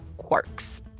quarks